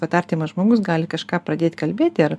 vat artimas žmogus gali kažką pradėt kalbėti ar